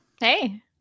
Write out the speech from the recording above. Hey